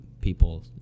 people